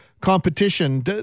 competition